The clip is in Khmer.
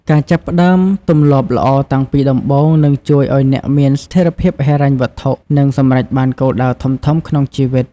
ការចាប់ផ្ដើមទម្លាប់ល្អតាំងពីដំបូង នឹងជួយឱ្យអ្នកមានស្ថិរភាពហិរញ្ញវត្ថុ និងសម្រេចបានគោលដៅធំៗក្នុងជីវិត។